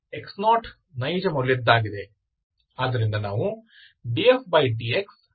x0 ನೈಜಮೌಲ್ಯದ್ದಾಗಿದೆ